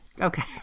okay